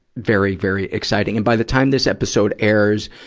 very, very exciting. and by the time this episode airs,